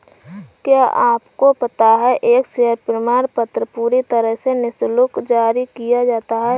क्या आपको पता है एक शेयर प्रमाणपत्र पूरी तरह से निशुल्क जारी किया जाता है?